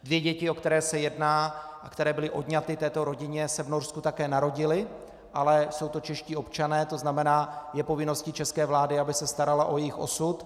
Dvě děti, o které se jedná a které byly odňaty této rodině, se v Norsku také narodily, ale jsou to čeští občané, to znamená je povinností české vlády, aby se starala o jejich osud.